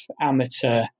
amateur